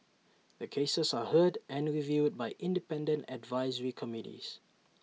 the cases are heard and reviewed by independent advisory committees